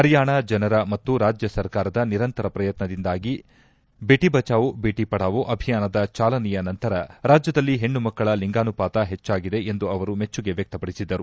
ಪರಿಯಾಣ ಜನರ ಮತ್ತು ರಾಜ್ಯ ಸರ್ಕಾರದ ನಿರಂತರ ಪ್ರಯತ್ನದಿಂದಾಗಿ ಭೇಟ ಬಚಾವೋ ಭೇಟ ಪಡಾವೋ ಅಭಿಯಾನದ ಚಾಲನೆಯ ನಂತರ ರಾಜ್ಯದಲ್ಲಿ ಹೆಣ್ಣ ಮಕ್ಕಳ ಲಿಂಗಾನುಪಾತ ಹೆಚ್ಚಾಗಿದೆ ಎಂದು ಅವರು ಮೆಚ್ಚುಗೆ ವ್ಯಕ್ತಪಡಿಸಿದರು